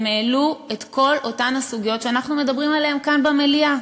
הם העלו את כל אותן סוגיות שאנחנו מדברים עליהן כאן במליאה,